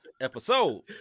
Episode